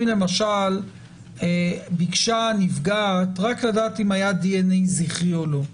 אם למשל ביקשה הנפגעת רק לדעת אם היה דנ"א זכרי או לא,